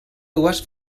dues